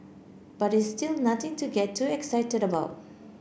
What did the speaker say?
but it's still nothing to get too excited about